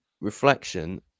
reflection